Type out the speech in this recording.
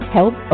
Help